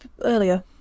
earlier